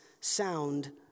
sound